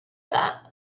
that